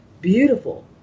beautiful